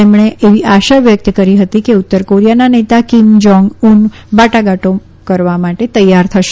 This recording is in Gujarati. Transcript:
તેમણે એવી આશા વ્યકત કરી હતી કે ઉત્તર કોરીયાના નેતા કીમ જાંગ ઉન વાટાઘાટો કરવા માટે તૈયાર થશે